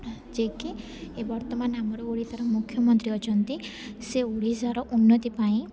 ଯେ କି ଏ ବର୍ତ୍ତମାନ ଆମ ଓଡ଼ିଶାର ମୁଖ୍ୟମନ୍ତ୍ରୀ ଅଛନ୍ତି ସେ ଓଡ଼ିଶାର ଉନ୍ନତି ପାଇଁ